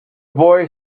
boy